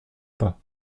pas